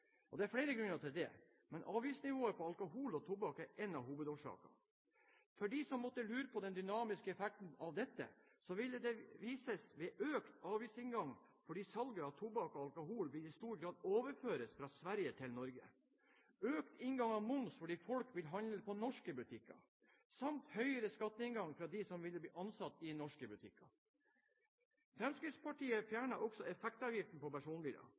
kr. Det er flere grunner til det, men avgiftsnivået på alkohol og tobakk er en av hovedårsakene. For dem som måtte lure på den dynamiske effekten av dette, så ville det vises ved økt avgiftsinngang fordi salget av tobakk og alkohol ville i stor grad overføres fra Sverige til Norge, økt inngang av moms fordi folk ville handlet i norske butikker, samt høyere skatteinngang fra dem som ville blitt ansatt i norske butikker. Fremskrittspartiet fjerner også effektavgiften på